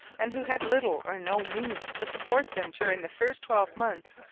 and who had little or no means to support them during the first twelve months,